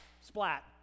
splat